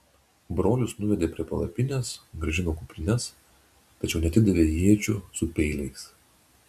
brolius nuvedė prie palapinės grąžino kuprines tačiau neatidavė iečių su peiliais